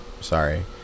Sorry